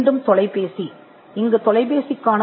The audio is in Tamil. மீண்டும் தொலைபேசி மற்றும் இங்கே தொலைபேசியின் கூற்று